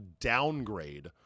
downgrade